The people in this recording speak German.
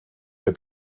der